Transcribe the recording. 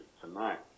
tonight